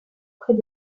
près